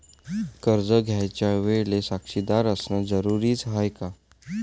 कर्ज घ्यायच्या वेळेले साक्षीदार असनं जरुरीच हाय का?